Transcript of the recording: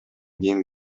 кийин